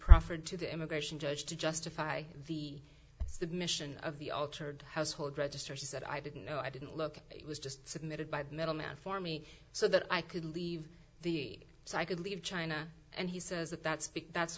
proffered to the immigration judge to justify the submission of the altered household registers he said i didn't know i didn't look it was just submitted by the middleman for me so that i could leave the so i could leave china and he says that that's